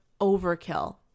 overkill